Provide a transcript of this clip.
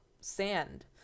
sand